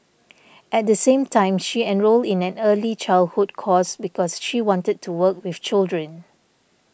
at the same time she enrolled in an early childhood course because she wanted to work with children